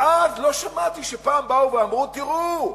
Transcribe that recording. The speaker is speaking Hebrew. ואז, לא שמעתי שפעם אמרו: תראו,